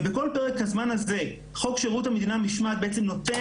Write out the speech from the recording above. ובכל פרק הזמן הזה חוק שירות המדינה (משמעת) בעצם נותן